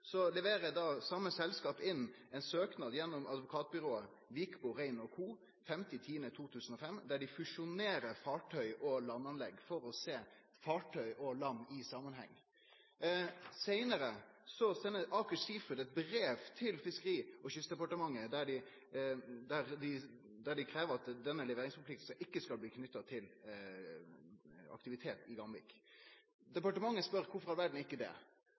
same selskapet inn ein søknad den 5. oktober 2005 gjennom advokatbyrået Wikborg, Rein & Co., om å fusjonere fartøy og landanlegg for å sjå fartøy og land i samanheng. Seinare sender Aker Seafoods eit brev til fiskeri- og kystdepartementet, der dei krev at denne leveringsplikta ikkje skal bli knytt til aktivitet i Gamvik. Departementet spør: Kvifor i all verda ikkje det?